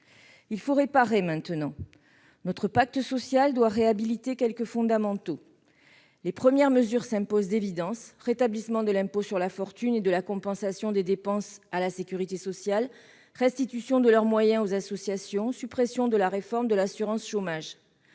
Il faut réparer maintenant. Notre pacte social national doit réhabiliter quelques fondamentaux. Les premières mesures s'imposent et sonnent comme une évidence : rétablissement de l'impôt sur la fortune et de la compensation des dépenses à la sécurité sociale, restitution de leurs moyens aux associations, suppression de la réforme de l'assurance chômage